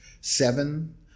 seven